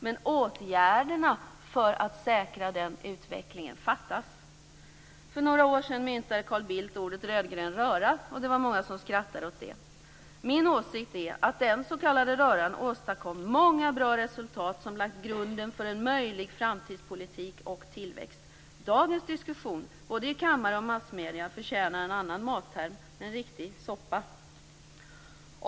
Men åtgärderna för att säkra den utvecklingen fattas. För några år sedan myntade Carl Bildt uttrycket rödgrön röra. Det var många som skrattade åt det. Min åsikt är att den s.k. röran åstadkom många bra resultat som har lagt grunden för en möjlig framtidspolitik och för tillväxt. Dagens diskussion, både i kammaren och i massmedierna, förtjänar en annan matterm: en riktig soppa.